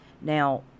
Now